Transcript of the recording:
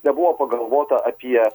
nebuvo pagalvota apie